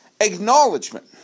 acknowledgement